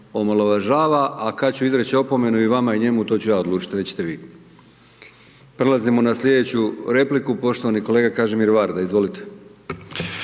omalovažava a kad ću izreć opomenu i vama i njemu to ću ja odlučit, nećete vi. Prelazimo na slijedeću repliku, poštovani kolega Kažimir Varda, izvolite.